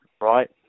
Right